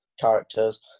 characters